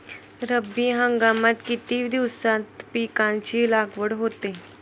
रब्बी हंगामात किती दिवसांत पिकांची लागवड होते?